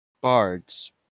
Bards